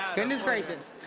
goodness gracious.